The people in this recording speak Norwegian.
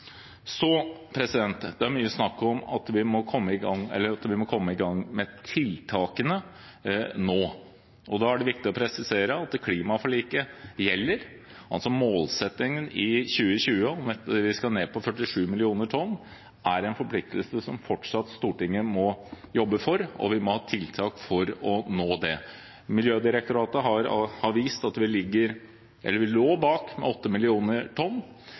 Så er det mye snakk om at vi må komme i gang med tiltakene nå. Da er det viktig å presisere at klimaforliket gjelder. Målsettingen om at vi i 2020 skal ned på 47 millioner tonn er altså en forpliktelse som Stortinget fortsatt må jobbe for, og vi må ha tiltak for å nå det. Miljødirektoratet har vist at vi lå bak med 8 millioner tonn.